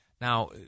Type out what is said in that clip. Now